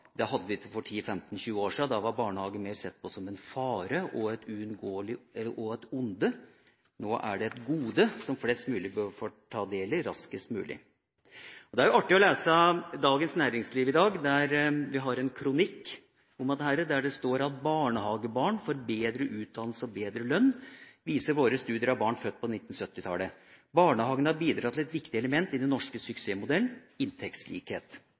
Det hadde vi ikke for 10–15–20 år siden, da var barnehagen mer sett på som en fare og et onde. Nå er den et gode som flest mulig bør få ta del i raskest mulig. Det er artig å lese Dagens Næringsliv i dag, der det er en kronikk om dette, der det står: «Barnehagebarn får bedre utdannelse og bedre lønn, viser våre studier av barn født på 1970-tallet. Barnehagene har bidratt til et viktig element i den norske suksessmodellen: inntektslikhet.»